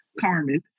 Carmen